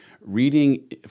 reading